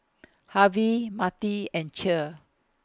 Harve Mattie and Cheer